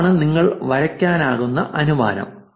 അതാണ് നിങ്ങൾക്ക് വരയ്ക്കാനാകുന്ന അനുമാനം